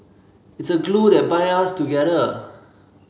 it's a glue that bind us together